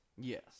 Yes